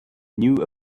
knew